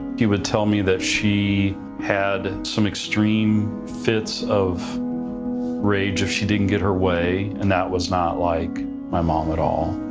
he would tell me that she had some extreme fits of rage if she didn't get her way, and that was not like my mom at all.